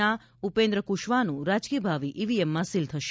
ના ઉપેન્દ્ર કુશવાહનું રાજકીય ભાવિ ઈવીએમમાં સીલ થશે